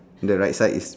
the right side is